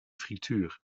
frituur